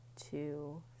two